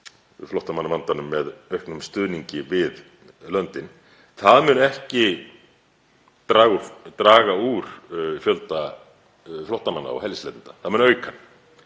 flóttamannavandanum með auknum stuðningi við löndin. Það mun ekki draga úr fjölda flóttamanna og hælisleitenda, það mun auka hann.